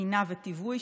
תקינה ותיווי,